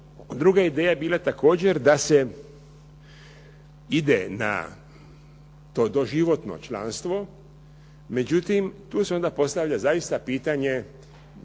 Druga ideja je bila također da se ide na to doživotno članstvo, međutim tu se onda postavlja zaista pitanje